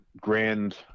grand